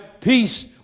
peace